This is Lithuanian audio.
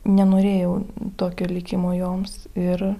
nenorėjau tokio likimo joms ir